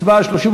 הצעת